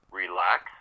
relax